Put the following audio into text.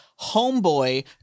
Homeboy